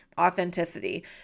authenticity